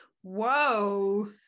Whoa